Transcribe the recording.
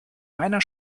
meiner